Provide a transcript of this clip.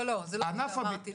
זה לא מה שאמרתי,